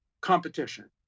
competition